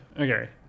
Okay